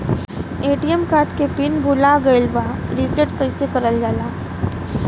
ATM card के PIN भूला गइल बा रीसेट कईसे करल जाला?